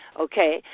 Okay